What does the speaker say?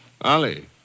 Ali